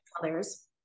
colors